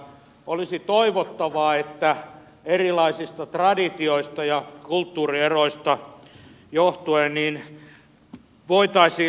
olisi toivottavaa että erilaisista traditioista ja kulttuurieroista riippumatta voitaisiin lähentyä